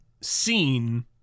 seen